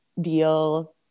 deal